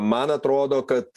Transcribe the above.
man atrodo kad